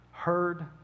Heard